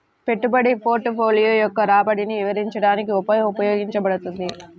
పెట్టుబడి పోర్ట్ఫోలియో యొక్క రాబడిని వివరించడానికి ఉపయోగించబడుతుంది